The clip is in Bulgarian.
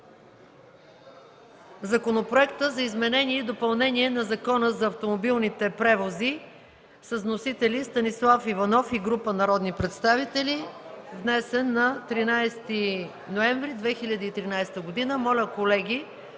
Законопроекта за изменение и допълнение на Закона за автомобилните превози с вносители Станислав Иванов и група народни представители, внесен на 13 ноември 2013 г. Моля, колеги,